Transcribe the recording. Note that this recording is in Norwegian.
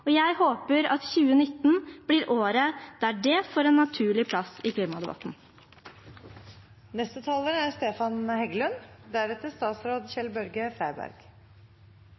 har. Jeg håper at 2019 blir året da det får en naturlig plass i klimadebatten.